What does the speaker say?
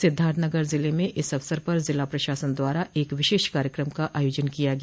सिद्धार्थनगर जिले में इस अवसर पर जिला प्रशासन द्वारा एक विशेष कार्यक्रम का आयोजन किया गया